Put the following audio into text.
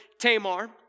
Tamar